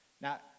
Now